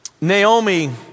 Naomi